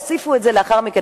הוסיפו את זה לאחר מכן,